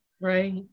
Right